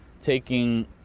taking